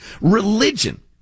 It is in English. religion